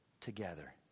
together